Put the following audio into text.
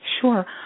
Sure